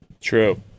True